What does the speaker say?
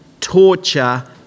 torture